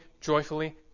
joyfully